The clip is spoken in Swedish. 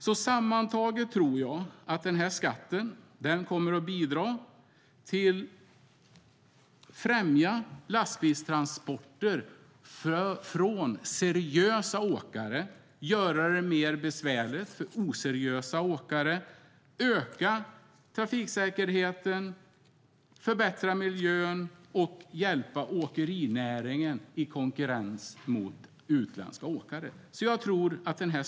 Sammantaget tror jag att skatten kommer att bidra till att främja lastbilstransporter från seriösa åkare, göra det mer besvärligt för oseriösa åkare, öka trafiksäkerheten, förbättra miljön och hjälpa åkerinäringen i konkurrens mot utländska åkare.